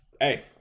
hey